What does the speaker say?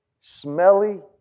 smelly